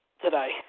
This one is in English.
today